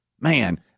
Man